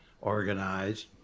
organized